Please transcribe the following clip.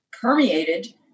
permeated